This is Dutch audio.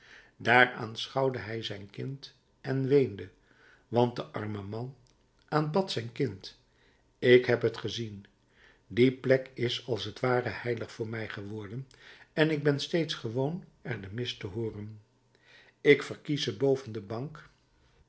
daar aanschouwde hij zijn kind en weende want de arme man aanbad zijn kind ik heb t gezien die plek is als t ware heilig voor mij geworden en ik ben steeds gewoon er de mis te hooren ik verkies ze boven de bank